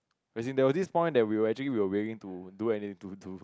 as in there was this point they will actually will waiting to do any to to